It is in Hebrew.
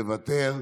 מוותר,